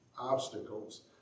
obstacles